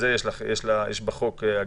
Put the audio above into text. לפי החוק.